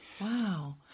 Wow